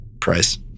price